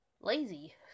lazy